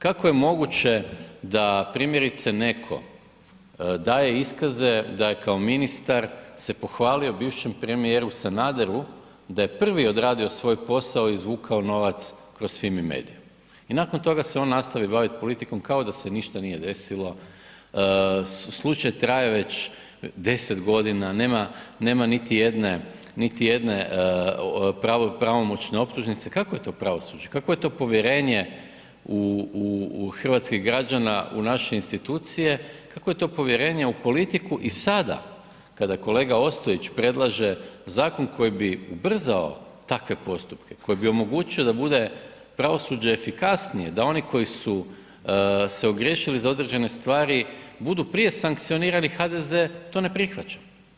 Kako je moguće da primjerice netko daje iskaze da je kao ministar se pohvalio bivšem premijeru Sanaderu da je prvi odradio svoj posao, izvukao nova kroz Fimi mediju i nakon toga se on nastavi bavit politikom kao da se ništa nije desilo, slučaj traje već 10 g., nema niti jedne pravomoćne optužnice, kakvo je to pravosuđe, kakvo je to povjerenje hrvatskih građana u naše institucije, kakvo je to povjerenje u politiku i sada kada kolega Ostojić predlaže zakon koji bi ubrzao takve postupke, koji bi omogućio da bude pravosuđe efikasnije, da oni koji su se ogriješili za određene stvari, budu prije sankcionirani, HDZ to ne prihvaća.